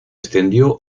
extendió